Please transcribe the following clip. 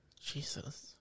Jesus